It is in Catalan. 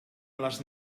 les